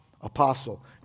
apostle